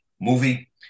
movie